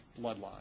bloodline